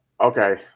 Okay